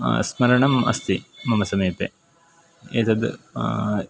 स्मरणम् अस्ति मम समीपे एतद्